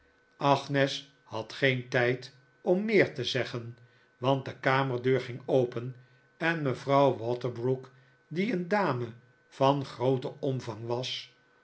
agnes had geen tijd om meer te zeggen want de kamerdeur ging open en mevrouw waterbrook die een dame van grooten omvang